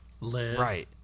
Right